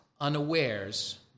unawares